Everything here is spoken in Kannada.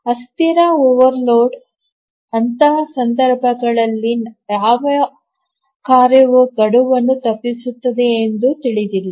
ಅಸ್ಥಿರ ಓವರ್ಲೋಡ್ನ ಅಂತಹ ಸಂದರ್ಭಗಳಲ್ಲಿ ಯಾವ ಕಾರ್ಯವು ಗಡುವನ್ನು ತಪ್ಪಿಸುತ್ತದೆ ಎಂದು ತಿಳಿದಿಲ್ಲ